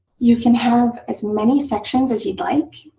you can have as many sections as you'd like.